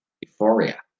euphoria